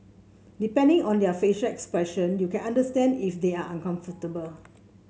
depending on their facial expression you can understand if they are uncomfortable